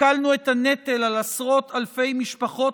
הקלנו את הנטל על עשרות אלפי משפחות